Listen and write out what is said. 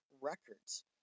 records